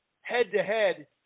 head-to-head